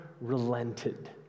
relented